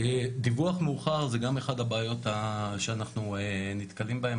דיווח מאוחר זה גם אחת הבעיות שאנחנו נתקלים בהן.